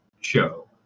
show